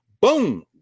Boom